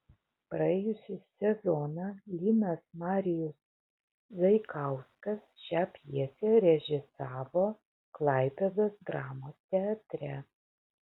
praėjusį sezoną linas marijus zaikauskas šią pjesę režisavo klaipėdos dramos teatre